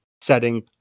setting